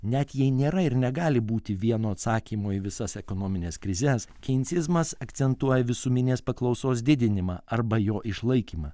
net jei nėra ir negali būti vieno atsakymo į visas ekonomines krizes keinsizmas akcentuoja visuminės paklausos didinimą arba jo išlaikymą